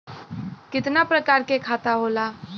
कितना प्रकार के खाता होला?